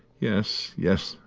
yes, yes,